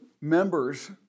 members